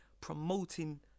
promoting